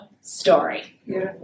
Story